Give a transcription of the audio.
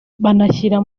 banashyira